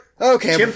Okay